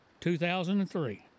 2003